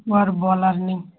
ও আর বলার নেই